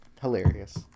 hilarious